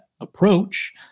approach